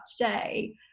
today